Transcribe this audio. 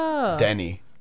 Danny